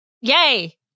yay